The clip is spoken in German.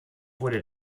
wurde